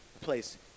place